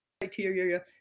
criteria